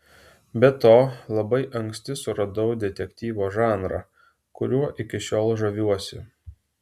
be to labai anksti suradau detektyvo žanrą kuriuo iki šiol žaviuosi